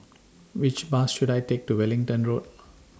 Which Bus should I Take to Wellington Road